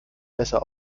besser